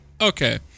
okay